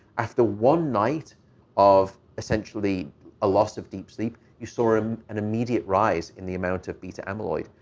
after one night of essentially a loss of deep sleep, you saw um an immediate rise in the amount of beta amyloid.